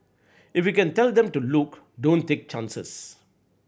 if you can tell them to look don't take chances